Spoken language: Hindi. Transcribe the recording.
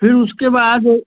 फ़िर उसके बाद